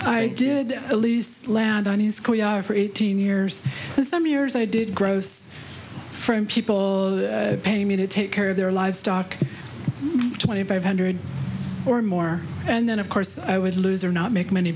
i did at least land on his choreographer eighteen years some years i did gross from people pay me to take care of their livestock for twenty five hundred or more and then of course i would lose or not make money